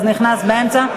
אז זה נכנס באמצע.